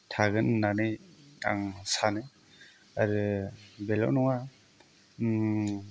थागोन होननानै आं सानो आरो बेल' नङा